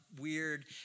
weird